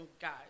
guys